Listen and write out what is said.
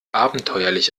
abenteuerlich